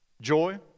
joy